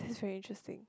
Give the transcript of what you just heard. this is very interesting